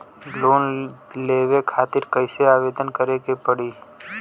Loan लेवे खातिर कइसे आवेदन करें के पड़ी?